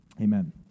amen